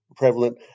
prevalent